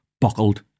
buckled